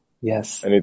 Yes